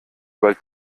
bald